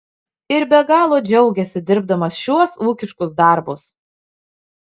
ir be galo džiaugiasi dirbdamas šiuos ūkiškus darbus